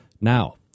Now